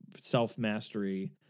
self-mastery